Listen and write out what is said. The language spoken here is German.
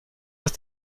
ist